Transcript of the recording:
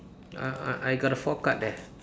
uh I I got a four card there